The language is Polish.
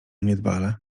niedbale